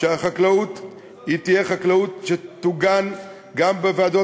סמכויות שחלקן סמכויות שלטוניות מובהקות,